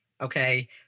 okay